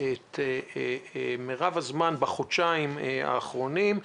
את מרב הזמן בחודשיים האחרונים,